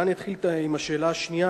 אולי אני אתחיל עם השאלה השנייה,